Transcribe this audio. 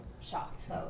shocked